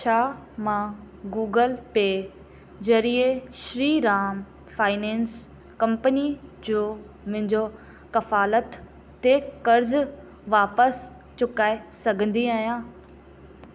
छा मां Google Pay ज़रिए श्रीराम फाइनेंस कंपनी जो मुंहिंजो कफालत ते कर्ज़ु वापसि चुकाए सघंदी आहियां